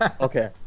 Okay